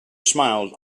smiled